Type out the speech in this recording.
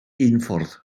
unffordd